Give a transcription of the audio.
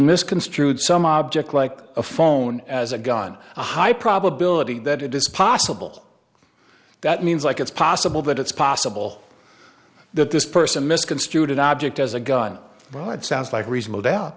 misconstrued some object like a phone as a gun a high probability that it is possible that means like it's possible that it's possible that this person misconstrued an object as a gun right sounds like reasonable